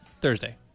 Thursday